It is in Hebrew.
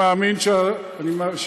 במבחן התוצאה זה לא קורה.